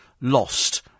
lost